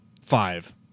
five